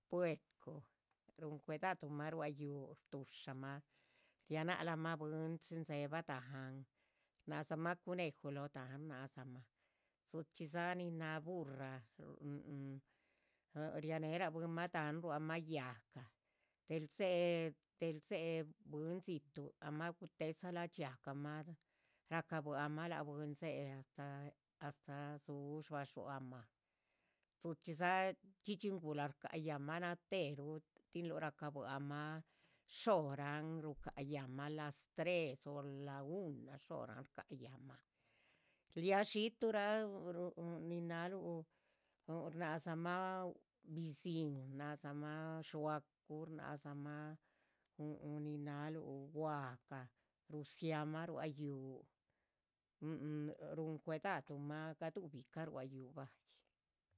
Bwecu run cuidaduma rua yúhu rduxaa'ma rianahla'ma bwín chín dzeeba dahán shnahza'ma. cuneju lóh dahán dhxíchiza burra rianera bwínra dahán ruama yahga dhel dzee. dhel dzee bwín dzítu amaah gutesalah dxiahgama racabuama a bwín dzee hasta dzu'. shbasuama dhxíchiza dhxídhxi nguhla rscaha yáhn'ma nateruh tín lu racabuama. shoran rucah yáhn'ma las tres o la una shoran rscaha yáhn'ma ya xiitu'ra nin naahluh. shnahza'ma biziíhn shnahza'ma dxuacu shnahza'ma nin naluh gwahga rusiama. rua yúhu run cuidaduma gadubica rua yúhu bai